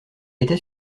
était